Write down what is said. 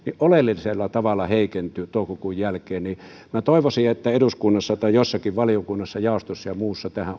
oleellisella tavalla heikentyi toukokuun jälkeen minä toivoisin että eduskunnassa jossakin valiokunnassa jaostossa tai muussa tähän